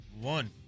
One